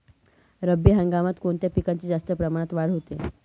रब्बी हंगामात कोणत्या पिकांची जास्त प्रमाणात वाढ होते?